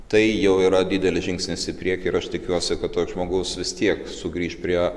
tai jau yra didelis žingsnis į priekį ir aš tikiuosi kad toks žmogus vis tiek sugrįš prie